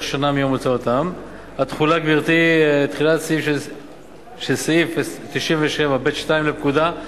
שנה מיום הוצאתם"; 2. התחילה של סעיף 97(ב2) לפקודה,